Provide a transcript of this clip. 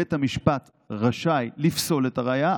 בית המשפט רשאי לפסול את הראיה,